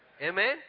Amen